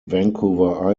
vancouver